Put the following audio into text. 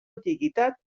antiguitat